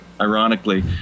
ironically